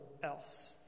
else